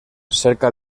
cerca